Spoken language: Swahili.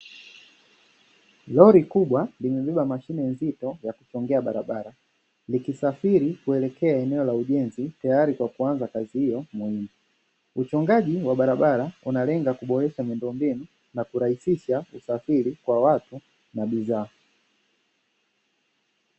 Lori kubwa limebeba mashine nzito ya kuchongea barabara. Likisafiri kuelekea eneo la ujenzi tayari kwa kuanza kazi hiyo muhimu. Uchongaji wa barabara unalenga kuboresha miundombinu na kurahisisha usafiri kwa watu na bidhaa.